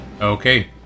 Okay